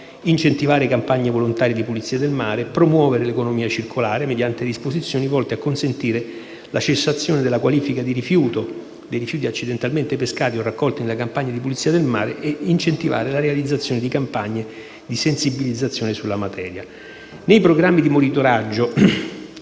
incentivare campagne volontarie di pulizia del mare e promuovere l'economia circolare, mediante disposizioni volte a consentire la cessazione della qualifica di rifiuto dei rifiuti accidentalmente pescati o raccolti nella campagna di pulizia del mare e incentivare la realizzazione di campagne di sensibilizzazione sulla materia. Nei programmi di monitoraggio